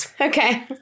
Okay